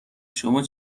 شما